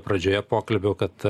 pradžioje pokalbio kad